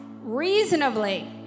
reasonably